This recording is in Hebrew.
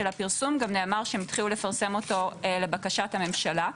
הפרסום גם נאמר שהם התחילו לפרסם אותו לבקשת הממשלה,